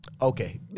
okay